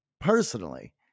personally